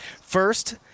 first